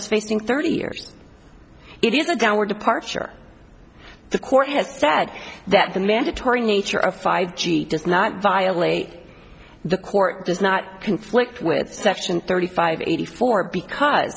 was facing thirty years it is a downward departure the court has said that the mandatory nature of five g does not violate the court does not conflict with section thirty five eighty four because